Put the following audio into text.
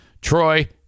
Troy